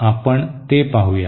आपण ते पाहूया